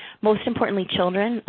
most importantly children,